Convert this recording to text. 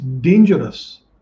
dangerous